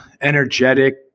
energetic